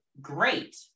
great